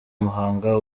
muhanga